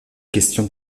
question